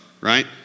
right